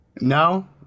No